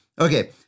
Okay